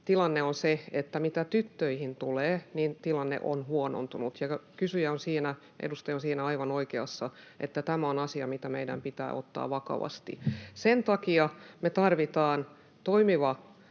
tilanne on se, että mitä tyttöihin tulee, niin tilanne on huonontunut. Ja kysyjä, edustaja on siinä aivan oikeassa, että tämä on asia, mikä meidän pitää ottaa vakavasti. Sen takia me tarvitaan toimiva